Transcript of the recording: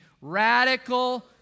Radical